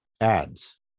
ads